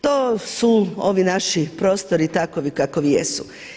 To su ovi naši prostori takvi kakvi jesu.